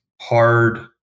hard